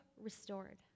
restored